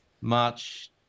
March